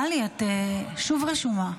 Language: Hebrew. טלי, את שוב רשומה.